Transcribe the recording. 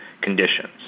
conditions